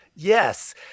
Yes